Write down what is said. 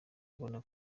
ubona